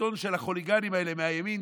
בשלטון של החוליגנים האלה מהימין,